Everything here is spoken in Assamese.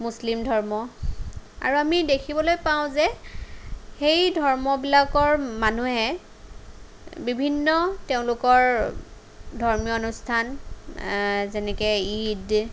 মুছলিম ধৰ্ম আৰু আমি দেখিবলৈ পাওঁ যে সেই ধৰ্মবিলাকৰ মানুহে বিভিন্ন তেওঁলোকৰ ধৰ্মীয় অনুষ্ঠান যেনেকৈ ঈদ